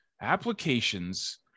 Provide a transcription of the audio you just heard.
applications